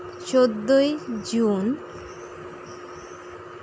ᱪᱳᱫᱫᱳᱭ ᱡᱩᱱ